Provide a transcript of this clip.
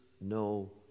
no